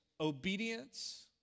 obedience